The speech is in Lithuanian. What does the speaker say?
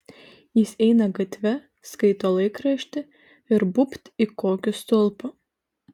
jis eina gatve skaito laikraštį ir būbt į kokį stulpą